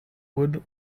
wood